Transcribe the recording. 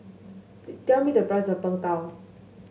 tell me the price of Png Tao